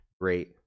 great